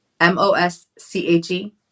M-O-S-C-H-E